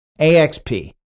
AXP